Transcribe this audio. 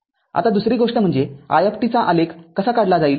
आता दुसरी गोष्ट म्हणजे iचा आलेख कसा काढला जाईल